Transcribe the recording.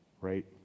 right